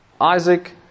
Isaac